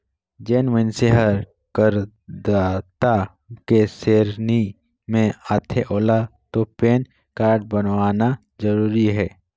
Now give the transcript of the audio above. जेन मइनसे हर करदाता के सेरेनी मे आथे ओेला तो पेन कारड बनवाना जरूरी हे